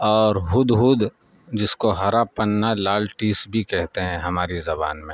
اور ہد ہد جس کو ہرا پنہ لال ٹیس بھی کہتے ہیں ہماری زبان میں